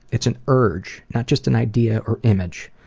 it's an urge, not just an idea or image.